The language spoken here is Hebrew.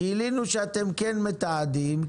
גילינו שאתם כן מתעדים,